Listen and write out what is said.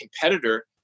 competitor